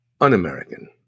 un-american